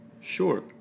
sure